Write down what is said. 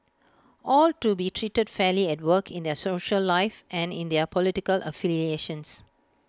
all to be treated fairly at work in their social life and in their political affiliations